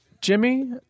Jimmy